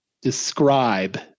describe